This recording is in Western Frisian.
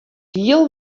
hiel